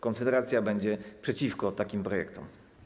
Konfederacja będzie przeciwko takim projektom.